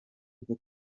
bwo